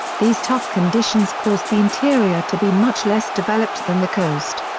these tough conditions caused the interior to be much less developed than the coast.